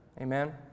Amen